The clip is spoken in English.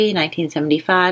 1975